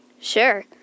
Sure